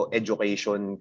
education